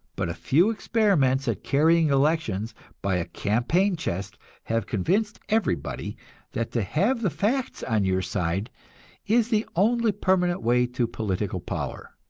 but a few experiments at carrying elections by a campaign-chest have convinced everybody that to have the facts on your side is the only permanent way to political power.